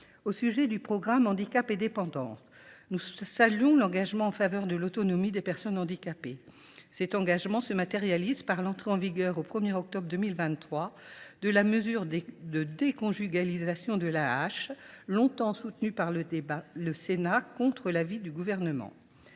Au sujet du programme « Handicap et dépendance », nous saluons l’engagement en faveur de l’autonomie des personnes handicapées. Cet engagement se matérialise par l’entrée en vigueur au 1 octobre 2023 de la mesure de déconjugalisation de l’AAH, longtemps soutenue par le Sénat contre l’avis du Gouvernement.